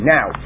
Now